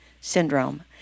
syndrome